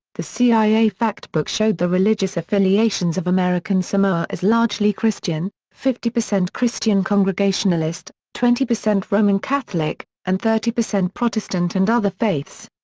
the cia factbook showed the religious affiliations of american samoa as largely christian fifty percent christian congregationalist, twenty percent roman catholic, and thirty percent protestant and other faiths.